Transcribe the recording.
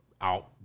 Out